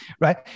right